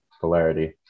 polarity